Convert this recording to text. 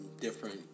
different